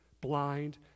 blind